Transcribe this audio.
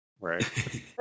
Right